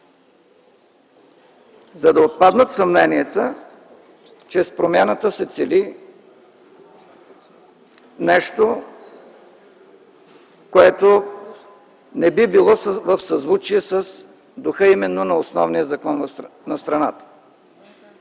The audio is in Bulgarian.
за да отпаднат съмненията, че с промяната се цели нещо, което не би било в съзвучие с духа именно на основния закон на страната.